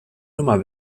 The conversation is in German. nummer